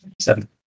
Seven